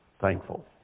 Thankful